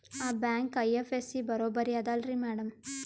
ಆ bank IFSC ಬರೊಬರಿ ಅದಲಾರಿ ಮ್ಯಾಡಂ?